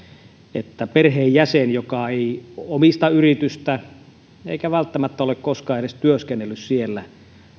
että perheenjäsen joka ei omista yritystä eikä välttämättä ole koskaan edes työskennellyt siellä